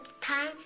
time